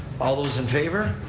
all those in favor?